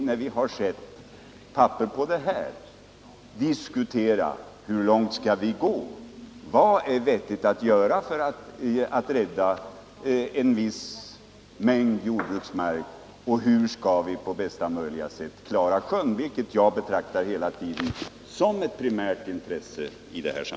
När vi har sett papper på det här kan vi diskutera hur långt vi skall gå, vad som är vettigt att göra för att rädda en viss mängd jordbruksmark och hur vi på bästa möjliga sätt skall klara sjön. Det senare betraktar jag som ett primärt intresse i sammanhanget.